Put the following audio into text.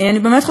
אדוני השר,